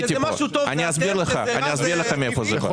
אסביר לכם מאיפה זה בא.